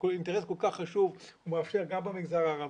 זה אינטרס כל כך חשוב והוא מאפשר גם במגזר הערבי,